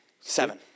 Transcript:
Seven